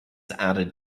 added